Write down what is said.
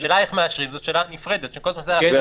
השאלה איך מאשרים זו שאלה נפרדת שכל הזמן --- אתם,